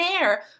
air